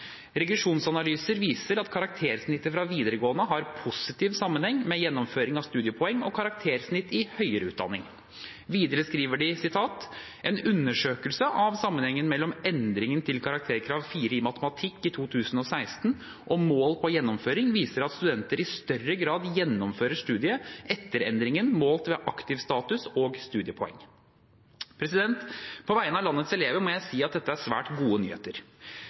viser at karaktersnitt fra videregående har positiv sammenheng med gjennomføring av studiepoeng og karaktersnitt i høyere utdanning.» Videre skriver de: «En undersøkelse av sammenhengen mellom endring til karakterkrav 4 i matematikk i 2016 og mål på gjennomføring viser at studenter i større grad gjennomfører studiet etter endringen, målt ved aktiv status og studiepoeng.» På vegne av landets elever må jeg si at dette er svært gode nyheter.